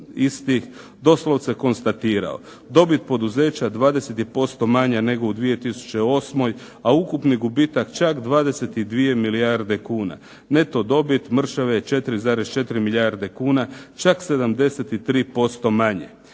isti, doslovce konstatirao "Dobit poduzeća 20% je manja nego u 2008., a ukupni gubitak čak 22 milijarde kuna. Neto dobit mršave 4,4 milijarde kuna čak 73% manje.